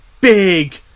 big